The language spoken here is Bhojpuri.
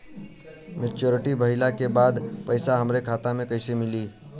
मच्योरिटी भईला के बाद पईसा हमरे खाता में कइसे आई?